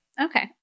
Okay